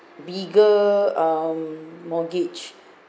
bigger um mortgage